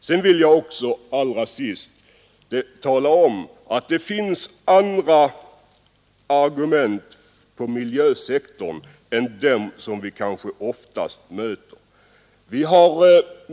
Jag vill också nämna att det finns andra argument på miljösektorn än de som vi kanske oftast möter.